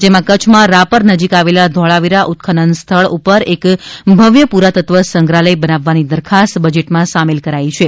જેમાં કચ્છમાં રાપર નજીક આવેલા ધોળાવીરા ઉત્ખનન સ્થળ ઉપર એક ભવ્ય પુરાતત્વ સંગ્રહાલય બનાવવાની દરખાસ્ત બજેટ માં સામેલ કરાઇ છે